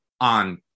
on